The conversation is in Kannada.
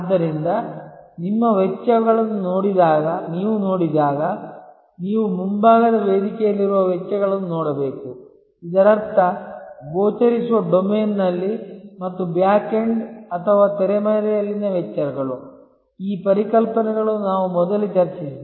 ಆದ್ದರಿಂದ ನಿಮ್ಮ ವೆಚ್ಚಗಳನ್ನು ನೀವು ನೋಡಿದಾಗ ನೀವು ಮುಂಭಾಗದ ವೇದಿಕೆಯಲ್ಲಿರುವ ವೆಚ್ಚಗಳನ್ನು ನೋಡಬೇಕು ಇದರರ್ಥ ಗೋಚರಿಸುವ ಡೊಮೇನ್ನಲ್ಲಿ ಮತ್ತು ಬ್ಯಾಕೆಂಡ್ ಅಥವಾ ತೆರೆಮರೆಯಲ್ಲಿನ ವೆಚ್ಚಗಳು ಈ ಪರಿಕಲ್ಪನೆಗಳನ್ನು ನಾವು ಮೊದಲೇ ಚರ್ಚಿಸಿದ್ದೇವೆ